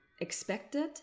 expected